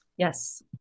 Yes